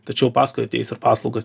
tačiau paskui ateis ir paslaugas